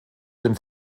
dem